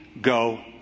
go